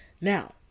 now